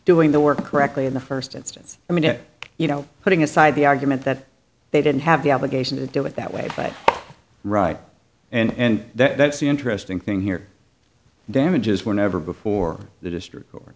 doing the work correctly in the first instance i mean it you know putting aside the argument that they didn't have the obligation to do it that way but right and that's the interesting thing here damages were never before the district